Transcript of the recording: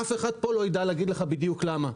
אף אחד לא ידע להגיד לך בדיוק למה.